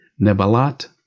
Nebalat